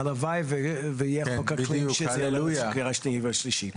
הלוואי שיהיה חוק האקלים לקראת הקריאה השנייה ושלישית.